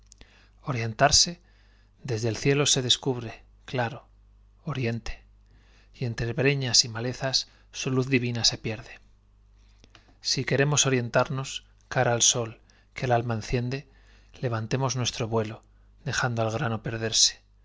orientarse desde el cielo se descubre claro oriente y entre breñas y malezas su luz divina se pierde si queremos orientarnos cara al sol que al alma enciende levantemos nuestro vuelo dejando al grano perderse